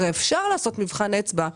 הרי אפשר לעשות מבחן אצבע.